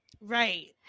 Right